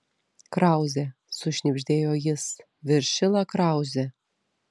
krauzė sušnibždėjo jis viršila krauzė